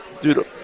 dude